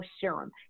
serum